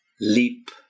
leap